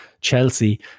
Chelsea